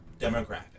demographic